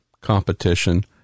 competition